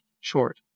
short